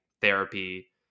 therapy